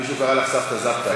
מישהו קרא לך "סבתא זפטה".